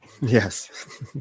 Yes